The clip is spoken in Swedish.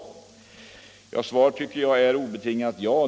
Svaret tycker jag är obetingat ja.